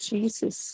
Jesus